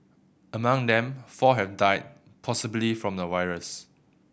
among them four have died possibly from the virus